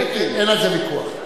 אין על זה ויכוח.